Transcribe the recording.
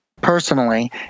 personally